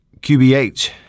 QBH